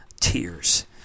tears